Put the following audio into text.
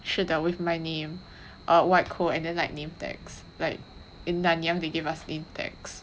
是的 with my name a white coat and then like name tags like in nanyang they give us name tags